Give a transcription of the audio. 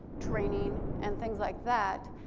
training, and things like that,